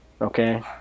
Okay